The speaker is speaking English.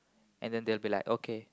and then they will be like okay